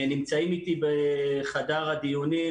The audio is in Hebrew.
נמצאים איתי בחדר הדיונים,